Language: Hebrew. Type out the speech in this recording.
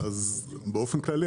באופן כללי,